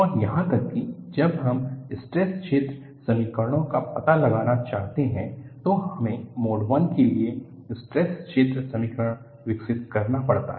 और यहां तक कि जब हम स्ट्रेस क्षेत्र समीकरणों का पता लगाना चाहते हैं तो हमें मोड I के लिए स्ट्रेस क्षेत्र समीकरण विकसित करना पड़ता है